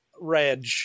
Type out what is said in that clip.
Reg